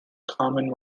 common